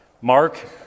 Mark